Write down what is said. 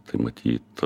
tai matyt